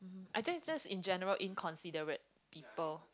I think just in general inconsiderate people